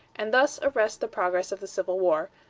and thus arrest the progress of the civil war,